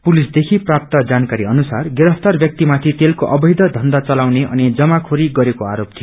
पुलिसदेखि प्राप्त जानकारी अनुसार गिरफ्तार व्याक्ति माथि तेलको अवैध धन्धा चलाउने अनि जमाखेरी गरेको आरोप थियो